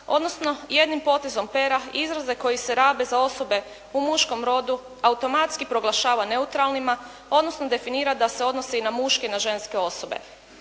odnosno jednim potezom pera izraze koji se rabe za osobe u muškom rodu automatski proglašava neutralnima odnosno definira da se odnose i na muške i na ženske osobe.